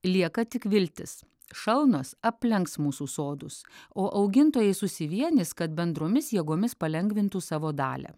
lieka tik viltis šalnos aplenks mūsų sodus o augintojai susivienys kad bendromis jėgomis palengvintų savo dalią